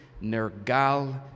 Nergal